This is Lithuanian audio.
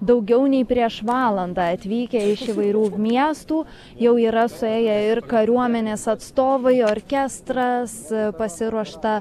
daugiau nei prieš valandą atvykę iš įvairių miestų jau yra suėję ir kariuomenės atstovai orkestras pasiruošta